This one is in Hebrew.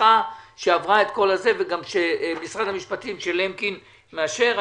דרכך ושמשרד המשפטים ולמקין מאשר,